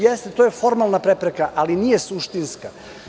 Jeste, to je formalna prepreka, ali nije suštinska.